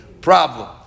problem